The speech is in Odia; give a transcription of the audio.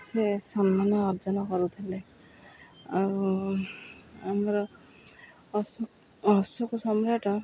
ସେ ସମ୍ମାନ ଅର୍ଜନ କରୁଥିଲେ ଆଉ ଆମର ଅଶୋକ ଅଶୋକ ସମ୍ରାଟ